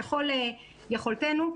ככל יכולתנו.